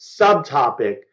subtopic